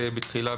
בתחילה,